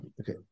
Okay